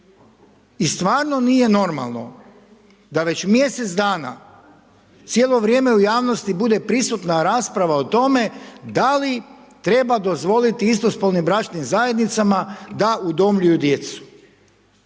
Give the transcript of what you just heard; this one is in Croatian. I stvarno nije normalno, da već mjesec dana cijelo vrijeme u javnosti bude prisutna rasprava o tome da li treba dozvoliti istospolnim bračnim zajednicama da udomljuju djecu.